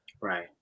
Right